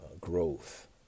growth